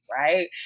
right